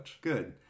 Good